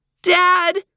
Dad